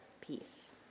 peace